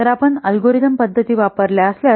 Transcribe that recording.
तर आपण अल्गोरिदम पद्धती वापरत असल्यास